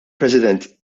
president